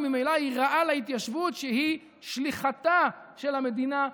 וממילא היא רעה להתיישבות שהיא שליחתה של המדינה.